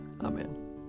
amen